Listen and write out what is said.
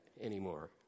anymore